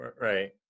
Right